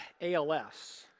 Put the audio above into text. ALS